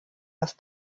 das